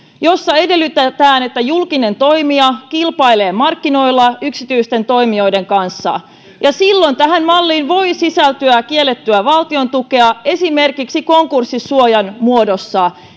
jossa edellytetään että julkinen toimija kilpailee markkinoilla yksityisten toimijoiden kanssa silloin tähän malliin voi sisältyä kiellettyä valtiontukea esimerkiksi konkurssisuojan muodossa